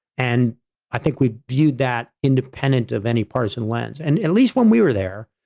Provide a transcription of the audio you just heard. and i think we viewed that independent of any partisan lens. and at least when we were there,